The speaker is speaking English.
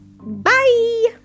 Bye